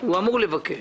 הוא אמור לבקש.